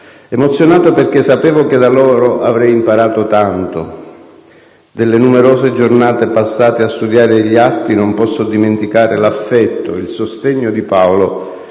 Emozionato perché sapevo che da loro avrei avevo imparato tanto. Delle numerose giornate passate a studiare gli atti, non posso dimenticare l'affetto e il sostegno di Paolo,